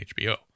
hbo